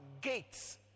gates